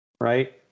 right